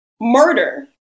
murder